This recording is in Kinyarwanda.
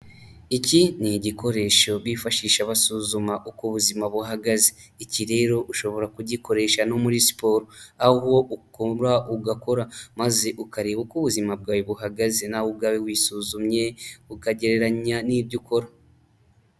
Iki ni igikoresho bifashisha basuzuma uko ubuzima buhagaze, iki rero ushobora kugikoresha no muri siporo, aho ukora ugakora maze ukareba uko ubuzima bwawe buhagaze nawe ubwawe wisuzumye ukagereranya n'ibyo ukora.